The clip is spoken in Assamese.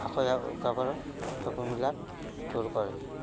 অসূয়া আঁতৰাই সপোনবিলাক পূৰ কৰে